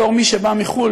בתור מי שבא מחו"ל,